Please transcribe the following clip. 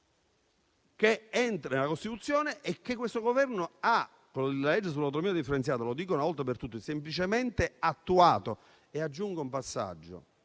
che entra nella Costituzione e che questo Governo ha, con la legge sull'autonomia differenziata - lo dico una volta per tutte - semplicemente attuato. Aggiungo un passaggio: